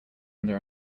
under